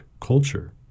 culture